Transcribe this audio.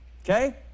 okay